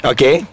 Okay